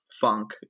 funk